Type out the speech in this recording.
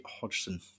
Hodgson